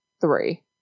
Three